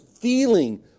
feeling